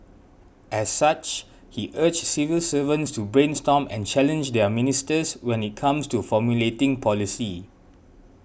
as such he urged civil servants to brainstorm and challenge their ministers when it comes to formulating policy